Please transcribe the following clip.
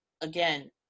again